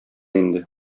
инде